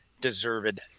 deserved